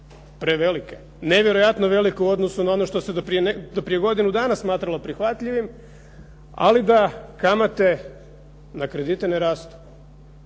prevelike, nevjerojatno velike u odnosu na ono što se do prije godinu dana smatralo neprihvatljivim, ali da kamate na kredite ne rastu.